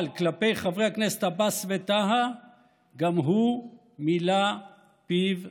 אבל כלפי חברי הכנסת עבאס וטאהא גם הוא מילא פיו מים.